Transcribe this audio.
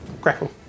grapple